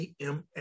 AMA